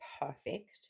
perfect